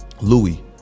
louis